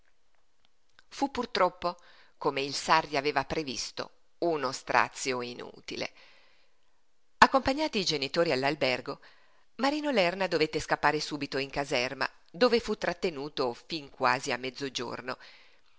fu purtroppo come il sarri aveva previsto uno strazio inutile accompagnati i genitori all'albergo marino lerna dovette scappare subito in caserma dove fu trattenuto fin quasi a mezzogiorno